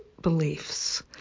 beliefs